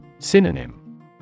Synonym